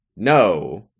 no